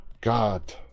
God